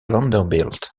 vanderbilt